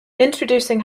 introducing